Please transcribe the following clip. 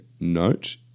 note